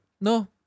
no